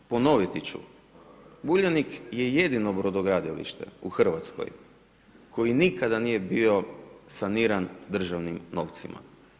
Dakle ponoviti ću, Uljanik je jedino brodogradilište u Hrvatskoj koji nikada nije bio saniran državnim novcima.